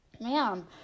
Man